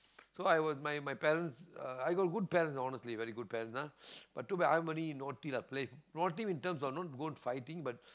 so I was my my parents uh I got good parents you know honestly very good parents ah but too bad I'm only naughty play naughty in terms of not go and fighting but